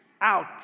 out